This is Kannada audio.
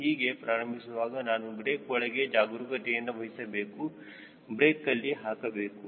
ಹೀಗೆ ಪ್ರಾರಂಭಿಸುವಾಗ ನಾವು ಬ್ರೇಕ್ ಒಳಗೆ ಜಾಗರೂಕತೆಯನ್ನು ವಹಿಸಬೇಕು ಬ್ರೇಕ್ ಅಲ್ಲಿ ಹಾಕಬೇಕು